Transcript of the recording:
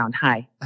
Hi